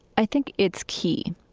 i think it's key.